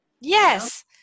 Yes